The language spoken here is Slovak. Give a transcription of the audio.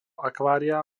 akvária